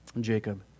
Jacob